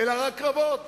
אלא רק קרבות,